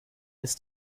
ist